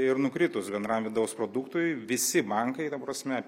ir nukritus bendram vidaus produktui visi bankai ta prasme